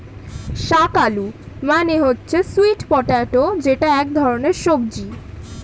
শাক আলু মানে হচ্ছে স্যুইট পটেটো যেটা এক ধরনের সবজি